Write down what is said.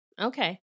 Okay